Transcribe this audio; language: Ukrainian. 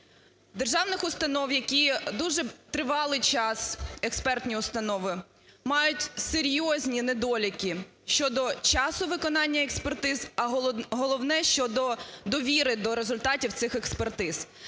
державних установ, які дуже тривалий час, експертні установи, мають серйозні недоліки щодо часу виконання експертиз, а головне - щодо довіри до результатів цих експертиз.